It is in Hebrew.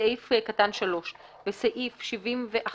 אני ממשיכה לקרוא: "(3)בסעיף 71ב(ד),